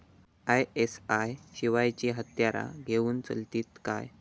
ISI शिवायची हत्यारा घेऊन चलतीत काय?